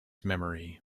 memory